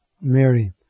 Mary